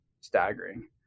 staggering